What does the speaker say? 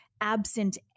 absent